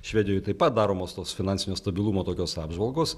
švedijoje taip pat daromos tos finansinio stabilumo tokios apžvalgos